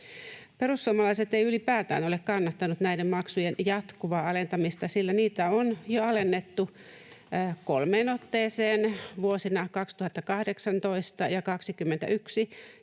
Perussuomalaiset ei ylipäätään ole kannattanut näiden maksujen jatkuvaa alentamista, sillä niitä on jo alennettu kolmeen otteeseen vuosina 2018 ja 21